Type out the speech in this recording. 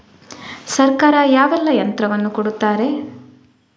ಸರ್ಕಾರ ಯಾವೆಲ್ಲಾ ಯಂತ್ರವನ್ನು ಕೊಡುತ್ತಾರೆ?